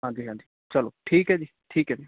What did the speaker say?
ਹਾਂਜੀ ਹਾਂਜੀ ਚਲੋ ਠੀਕ ਹੈ ਜੀ ਠੀਕ ਹੈ ਜੀ